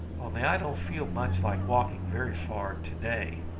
only i don't feel much like walking very far to-day,